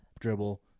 Dribble